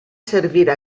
servir